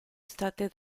state